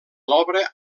l’obra